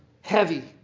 heavy